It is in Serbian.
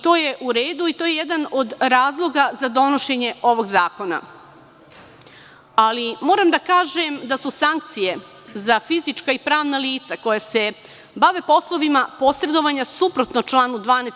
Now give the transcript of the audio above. To je u redu i to je jedan od razloga za donošenje ovog zakona, ali moram da kažem da su sankcije za fizička i pravna lica, koja se bave poslovima posredovanja suprotno članu 12.